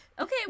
okay